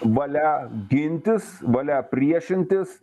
valia gintis valia priešintis